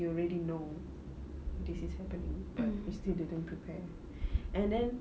you already know this is happening but you still didn't prepare and then